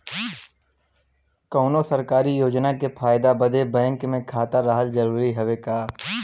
कौनो सरकारी योजना के फायदा बदे बैंक मे खाता रहल जरूरी हवे का?